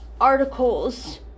articles